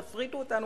תפריטו אותנו,